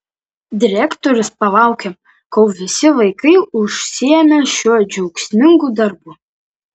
direktorius palaukė kol visi vaikai užsiėmė šiuo džiaugsmingu darbu